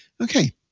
okay